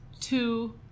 two